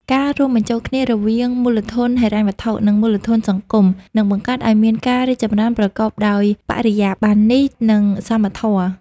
ការរួមបញ្ចូលគ្នារវាងមូលធនហិរញ្ញវត្ថុ និងមូលធនសង្គម នឹងបង្កើតឱ្យមានការរីកចម្រើនប្រកបដោយបរិយាប័ន្ន និងសមធម៌។